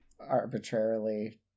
arbitrarily